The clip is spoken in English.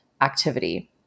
activity